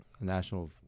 national